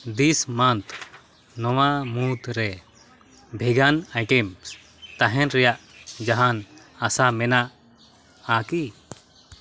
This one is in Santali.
ᱫᱤᱥ ᱢᱟᱱᱛᱷ ᱱᱚᱣᱟ ᱢᱩᱫᱽᱨᱮ ᱵᱷᱮᱜᱟᱱ ᱟᱭᱴᱮᱢᱥ ᱛᱟᱦᱮᱱ ᱨᱮᱭᱟᱜ ᱡᱟᱦᱟᱱ ᱟᱥᱟ ᱢᱮᱱᱟᱜᱼᱟ ᱠᱤ